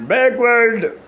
backward